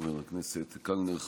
חבר הכנסת קלנר,